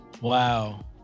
Wow